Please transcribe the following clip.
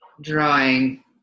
drawing